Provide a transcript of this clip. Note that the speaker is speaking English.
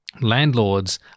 landlords